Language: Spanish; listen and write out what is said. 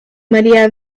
maria